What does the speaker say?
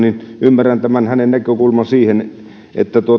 ymmärrän hänen näkökulmansa siihen että